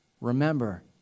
Remember